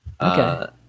Okay